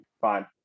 fine